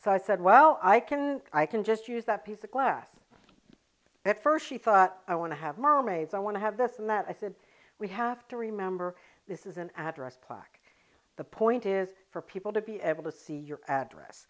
so i said well i can i can just use that piece of glass at first she thought i want to have mermaids i want to have this and that i said we have to remember this is an address plaque the point is for people to be able to see your address